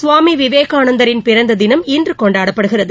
சுவாமி விவேகானந்தரின் பிறந்த தினம் இன்று கொண்டாடப்பட்டது